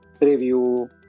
review